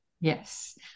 Yes